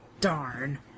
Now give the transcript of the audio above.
Darn